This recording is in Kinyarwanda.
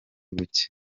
buke